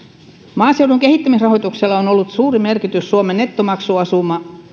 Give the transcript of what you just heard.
maaseudun kehittämisrahoituksella on ollut suuri merkitys suomen nettomaksuasemalle